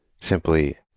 Simply